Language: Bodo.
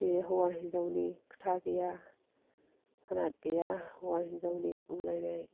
बे हौवा हिन्जावनि खोथा गैया फाराग गैया हौवा हिन्जावनि बुंलायनाय